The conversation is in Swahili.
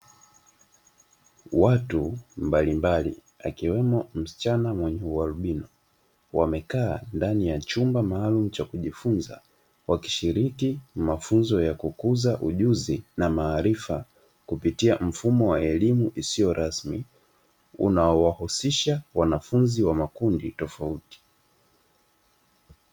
Watu mbalimbali, akiwemo msichana mwenye ualibino. Wamekaa ndani ya chumba maalumu cha kujifunza. Wakishiriki mafunzo ya kukuza ujuzi na maarifa, kupitia mfumo wa elimu isiyo rasmi. Unaowahusisha wanafunzi wa makundi tofauti.